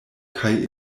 kaj